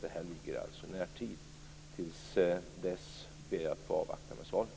Det här ligger alltså i närtid. Till dess ber jag att få avvakta med svaret.